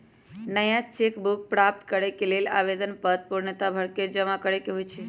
नया cheque book प्राप्त करेके लेल आवेदन पत्र पूर्णतया भरके जमा करेके होइ छइ